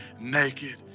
naked